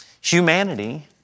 humanity